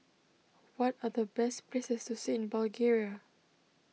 what are the best places to see in Bulgaria